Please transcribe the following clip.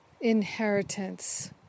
inheritance